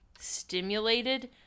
stimulated